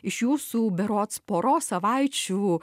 iš jūsų berods poros savaičių